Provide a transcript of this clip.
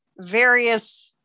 various